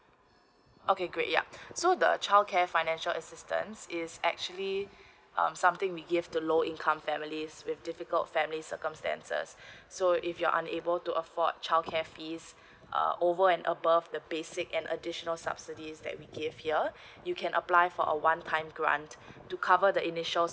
okay great yup so the childcare financial assistance is actually um something we give the low income families with difficult family circumstances so if you're unable to afford childcare fees uh over and above the basic an additional subsidies that we give here you can apply for a one time grant to cover the initials